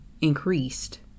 increased